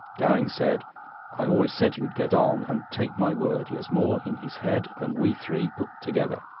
gowing said i always said he would get on, and, take my word, he has more in his head than we three put together.